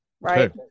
Right